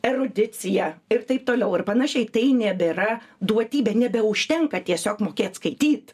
erudicija ir taip toliau ir panašiai tai nebėra duotybė nebeužtenka tiesiog mokėt skaityt